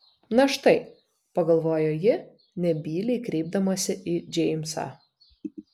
na štai pagalvojo ji nebyliai kreipdamasi į džeimsą